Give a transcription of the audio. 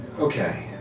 Okay